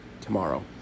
tomorrow